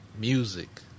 music